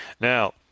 Now